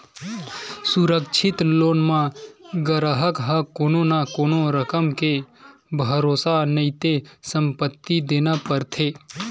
सुरक्छित लोन म गराहक ह कोनो न कोनो रकम के भरोसा नइते संपत्ति देना परथे